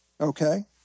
okay